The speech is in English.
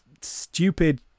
stupid